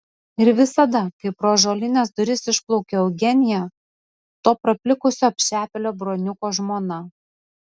ir visada kai pro ąžuolines duris išplaukia eugenija to praplikusio apšepėlio broniuko žmona